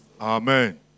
Amen